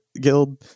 guild